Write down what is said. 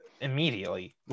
immediately